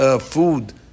food